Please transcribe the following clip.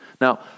Now